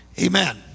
Amen